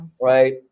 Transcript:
Right